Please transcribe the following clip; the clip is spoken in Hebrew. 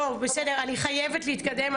טוב, בסדר, אני חייבת להתקדם.